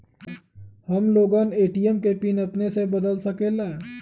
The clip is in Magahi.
हम लोगन ए.टी.एम के पिन अपने से बदल सकेला?